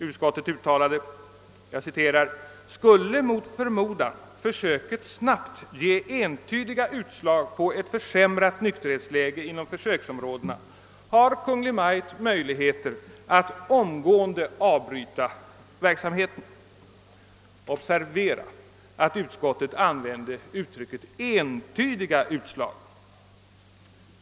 Ut skottet uttalade: »Skulle mot förmodan försöket snabbt ge entydiga utslag på ett försämrat nykterhetsläge inom försöksområdena har Kungl. Maj:t möjligheter att omgående avbryta verksamheten.» Observera att utskottet använde uttrycket »entydiga utslag».